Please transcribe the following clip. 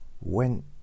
went